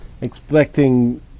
expecting